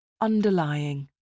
Underlying